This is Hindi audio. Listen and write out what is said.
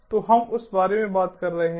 तो हम उस बारे में बात कर रहे हैं